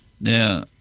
Now